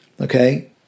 okay